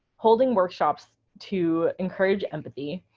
holding workshops to encourage empathy,